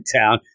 town